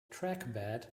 trackbed